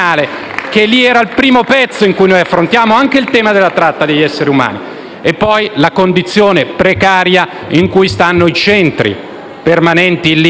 quello era il primo momento in cui si affrontava anche il tema della tratta degli esseri umani. Vi è poi la condizione precaria in cui si trovano i centri permanenti in Libia.